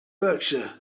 berkshire